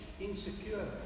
insecure